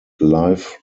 life